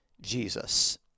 Jesus